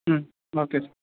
ம் okay sir